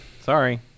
Sorry